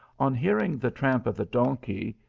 on hearing the tramp of the donkey,